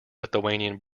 lithuanian